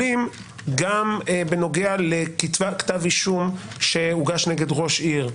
גם בנוגע לכתיבת כתב אישום שהוגש נגד ראש עיר,